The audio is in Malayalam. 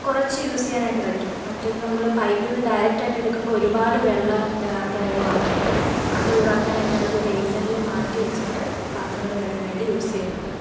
കുറച്ചു യൂസ് ചെയ്യാനായിട്ട് പറ്റും മറ്റേത് നമ്മൾ പൈപ്പിൽ നിന്ന് ഡയറക്റ്റ് ആയിട്ട് എടുക്കുമ്പോൾ ഒരുപാട് വെള്ളം എന്താ പോവുകയാണ് അത് ഒഴിവാക്കാനായിട്ടാണ് ഒരു ബെയ്സിനിൽ മാറ്റി വെച്ചിട്ട് പത്രങ്ങൾ കഴുകാനായിട്ട് യൂസ് ചെയ്യുന്നത്